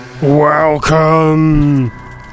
Welcome